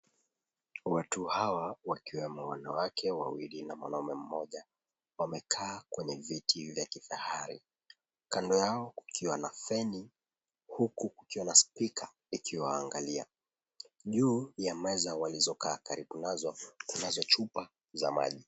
Watu hawa wakiwemo wanawake wawili na mwanaume mmoja, wamekaa kwenye viti vya kifahari. Kando yao kukiwa na feni huku kukiwa na spika ikiwaangalia. Juu ya meza walizokaa karibu nazo kunazo chupa za maji.